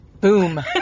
Boom